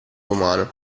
romano